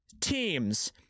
Teams